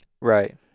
Right